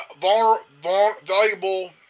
valuable